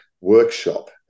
workshop